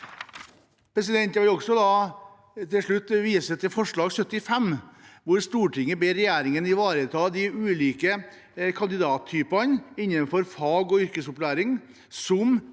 Jeg vil til slutt vise til forslag nr. 75, hvor Stortinget ber regjeringen ivareta de ulike kandidattypene innenfor fagog yrkesopplæring som